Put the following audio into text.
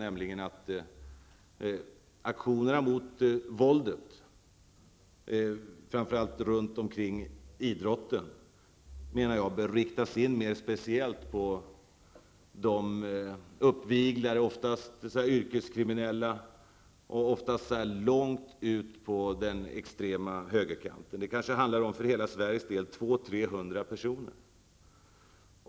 Jag menar att aktionerna mot våldet, framför allt runt omkring idrotten, bör riktas in mer speciellt på de uppviglare som oftast är yrkeskriminella och som befinner sig långt ute på den extrema högerkanten. För hela Sveriges del handlar det kanske om 200--300 personer.